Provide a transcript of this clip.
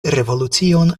revolucion